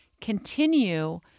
continue